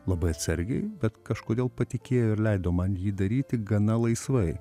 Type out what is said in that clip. labai atsargiai bet kažkodėl patikėjo ir leido man jį daryti gana laisvai